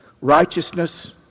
Righteousness